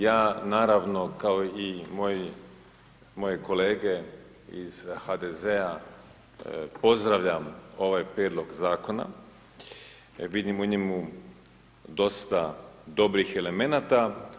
Ja naravno, kao i moje kolege iz HDZ-a pozdravljam ovaj prijedlog zakona jer vidim u njemu dosta dobrih elemenata.